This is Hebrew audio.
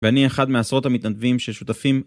ואני אחד מעשרות המתנדבים ששותפים.